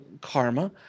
Karma